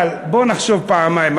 אבל בואו נחשוב פעמיים.